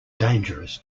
dangerous